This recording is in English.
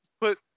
put